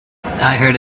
heard